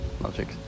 Logic